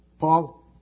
Paul